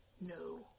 no